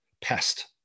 pest